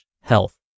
health